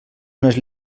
unes